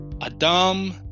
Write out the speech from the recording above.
Adam